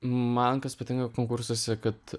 man kas patinka konkursuose kad